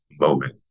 moment